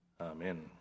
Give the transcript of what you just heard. Amen